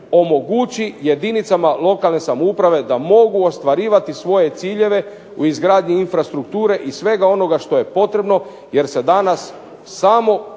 omogući jedinicama lokalne samouprave da mogu ostvarivati svoje ciljeve u izgradnji infrastrukture i svega onoga što je potrebno jer se danas samo u